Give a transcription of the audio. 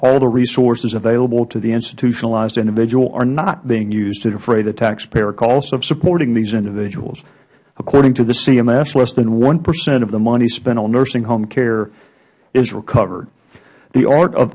all the resources available to the institutionalized individual are not being used to defray the taxpayers cost of supporting these individuals according to the cms less than one percent of the money spent on nursing home care is recovered the art of